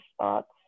thoughts